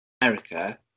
America